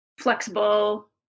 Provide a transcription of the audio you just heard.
flexible